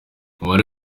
umubare